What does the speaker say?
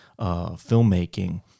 filmmaking